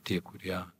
tie kurie